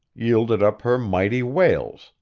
yielded up her mighty whales,